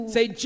Say